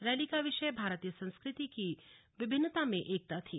rally का विषय भारतीय संस्कृति की विभिन्नता में एकता थी